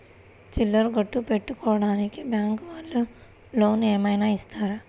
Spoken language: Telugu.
చిల్లర కొట్టు పెట్టుకోడానికి బ్యాంకు వాళ్ళు లోన్ ఏమైనా ఇస్తారా?